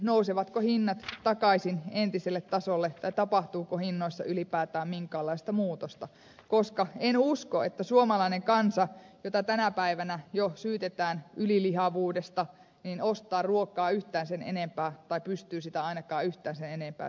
nousevatko hinnat takaisin entiselle tasolle tai tapahtuuko hinnoissa ylipäätään minkäänlaista muutosta koska en usko että suomalainen kansa jota tänä päivänä jo syytetään ylilihavuudesta ostaa ruokaa yhtään sen enempää tai pystyy sitä ainakaan yhtään sen enempää syömään